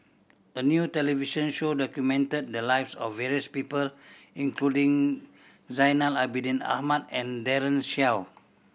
a new television show documented the lives of various people including Zainal Abidin Ahmad and Daren Shiau